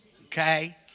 okay